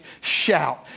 shout